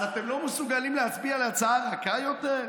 אז אתם לא מסוגלים להצביע על הצעה רכה יותר?